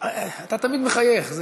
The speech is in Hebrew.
אתה תמיד מחייך.